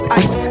ice